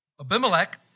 Abimelech